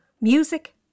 music